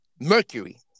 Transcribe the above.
mercury